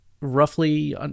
roughly